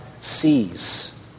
sees